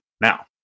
Now